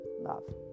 love